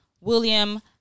William